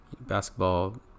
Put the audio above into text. basketball